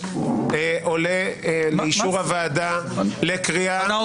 עולה לאישור הוועדה לקריאה --- מה?